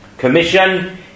Commission